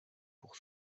pour